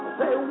say